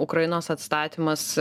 ukrainos atstatymas